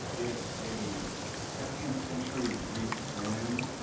it's a second century greek poem.